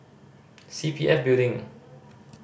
C P F Building